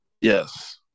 Yes